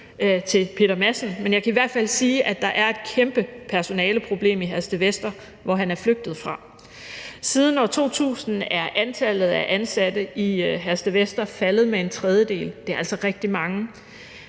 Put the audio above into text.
til Peter Madsen, men jeg kan i hvert fald sige, at der er et kæmpe personaleproblem i Herstedvester, hvor han flygtede fra. Siden år 2000 er antallet af ansatte i Herstedvester faldet med en tredjedel. Det er altså rigtig mange,